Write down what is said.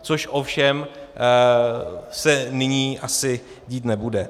Což ovšem se nyní asi dít nebude.